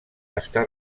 està